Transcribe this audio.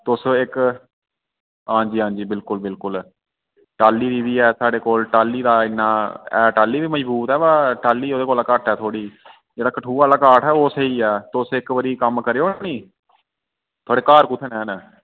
तुस इक हां जी हां जी बिलकुल बिलकुल ऐ टाल्ली दी बी ऐ साढ़े कोल टाल्ली दा इन्ना एह् टाल्ली बी मजबूत ऐ ब टाल्ली ओह्दे कोला घट्ट ऐ थोड़ी जेह्ड़ा कठुए आह्ला काठ ऐ ओह् स्हेई ऐ तुस इक बारी कम्म करेओ निं थुआड़े घर कुत्थै न